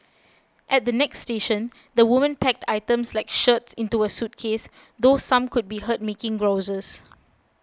at the next station the women packed items like shirts into a suitcase though some could be heard making grouses